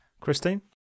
Christine